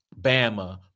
Bama